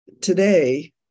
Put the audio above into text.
Today